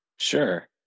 Sure